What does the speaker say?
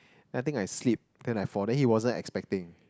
then I think I slip then I fall then he wasn't expecting